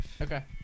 Okay